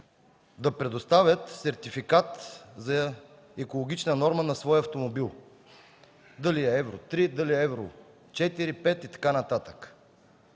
да предоставят сертификат за екологична норма на своя автомобил – дали е Евро 3, дали е Евро 4, 5 и така нататък.